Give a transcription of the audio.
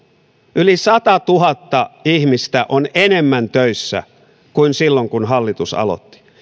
yli satatuhatta ihmistä enemmän on töissä kuin silloin kun hallitus aloitti